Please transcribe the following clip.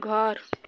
घर